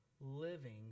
living